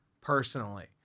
personally